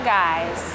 guys